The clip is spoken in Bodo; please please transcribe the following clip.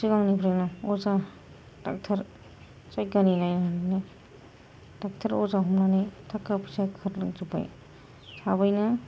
सिगांनिफ्रायनो अजा डक्ट'र जायगानि नायनानैनो डक्ट'र अजा हमनानै थाखा फैसा खारलांजोब्बाय थाबैनो